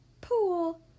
pool